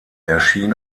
erschien